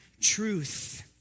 truth